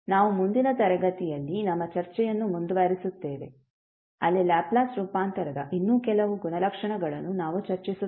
ನಾವು ಮುಂದಿನ ತರಗತಿಯಲ್ಲಿ ನಮ್ಮ ಚರ್ಚೆಯನ್ನು ಮುಂದುವರಿಸುತ್ತೇವೆ ಅಲ್ಲಿ ಲ್ಯಾಪ್ಲೇಸ್ ರೂಪಾಂತರದ ಇನ್ನೂ ಕೆಲವು ಗುಣಲಕ್ಷಣಗಳನ್ನು ನಾವು ಚರ್ಚಿಸುತ್ತೇವೆ